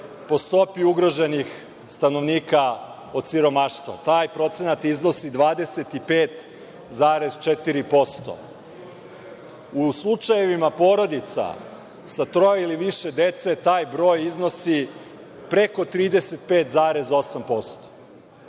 po stopi ugroženih stanovnika od siromaštva. Taj procenat iznosi 25,4%. U slučajevima porodica sa troje ili više dece, taj broj iznosi preko 35,8%.